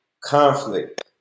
conflict